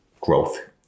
growth